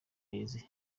yeze